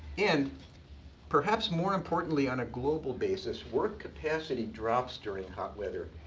and perhaps more importantly on a global basis, work capacity drops during hot weather.